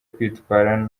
kwitwara